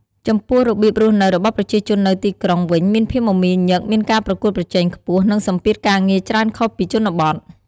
ចំពោះរបៀបរស់នៅរបស់ប្រជាជននៅទីក្រុងវិញមានភាពមមាញឹក មានការប្រកួតប្រជែងខ្ពស់ និងសម្ពាធការងារច្រើនខុសពីជនបទ។